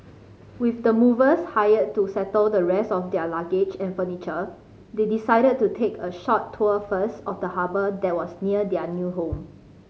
with the movers hired to settle the rest of their luggage and furniture they decided to take a short tour first of the harbour that was near their new home